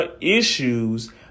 Issues